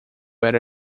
era